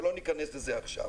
אבל לא ניכנס לזה עכשיו.